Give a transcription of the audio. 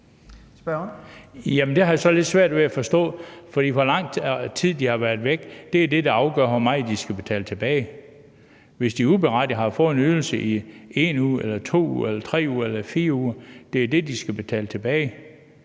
Det har jeg lidt svært ved at forstå, for hvor lang tid de har været væk, er det, der afgør, hvor meget de skal betale tilbage. Hvis de uberettiget har fået en ydelse i 1 uge, 2 uger, 3 uger eller 4 uger, er det det, de skal betale tilbage.